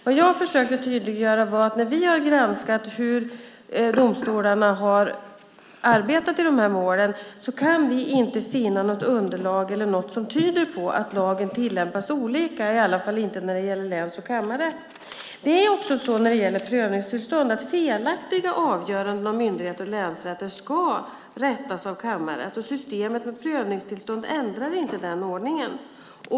Vad jag försökte tydliggöra är att när vi har granskat hur domstolarna har arbetat i de här målen har vi inte kunnat finna något underlag eller något som tyder på att lagen tillämpas olika, i alla fall inte när det gäller läns och kammarrätt. När det gäller prövningstillstånd ska felaktiga avgöranden av myndigheter och länsrätter rättas av kammarrätt. Systemet med prövningstillstånd ändrar inte den ordningen.